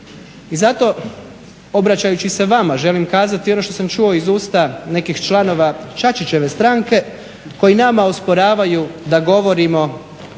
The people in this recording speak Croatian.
I zato obraćajući se vama želim kazati ono što sam čuo iz usta nekih članova Čačićeve stranke koji nama osporavaju da govorimo